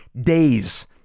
days